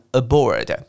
aboard 。